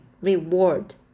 reward